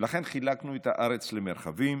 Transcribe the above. ולכן חילקנו את הארץ למרחבים,